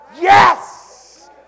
Yes